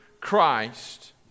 Christ